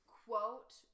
quote